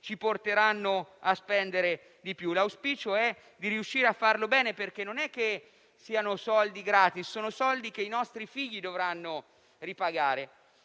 ci porteranno a spendere di più. L'auspicio è di riuscire a farlo bene, perché non è che siano soldi gratis, ma soldi che i nostri figli dovranno ripagare.